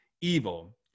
Evil